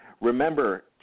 Remember